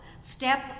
step